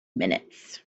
minutes